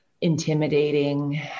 intimidating